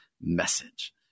message